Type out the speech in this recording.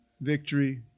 Victory